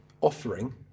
offering